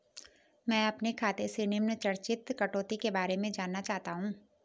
मैं अपने खाते से निम्न चार्जिज़ कटौती के बारे में जानना चाहता हूँ?